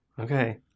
Okay